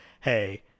Hey